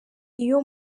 iyo